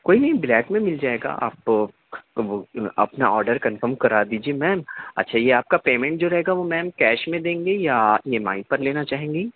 کوئی نہیں بلیک میں مِل جائے گا آپ اپنا آڈر کنفرم کرا دیجیے میم اچھا یہ آپ کا پیمینٹ جو رہے گا وہ میم کیش میں دیں گے یا ای ایم آئی پر لینا چاہیں گی